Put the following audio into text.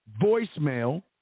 voicemail